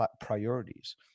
priorities